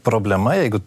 problema jeigu